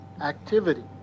activity